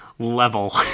level